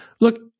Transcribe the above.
look